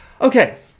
Okay